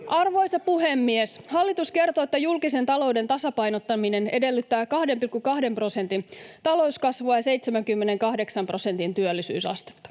Arvoisa puhemies! Hallitus kertoo, että julkisen talouden tasapainottaminen edellyttää 2,2 prosentin talouskasvua ja 78 prosentin työllisyysastetta.